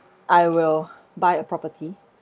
I will buy a property